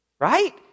Right